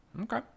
Okay